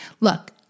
Look